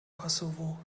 kosovo